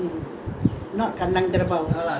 yours is kandang kuda